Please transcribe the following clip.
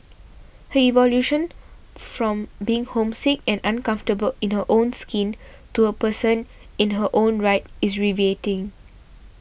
her evolution from being homesick and uncomfortable in her own skin to a person in her own right is riveting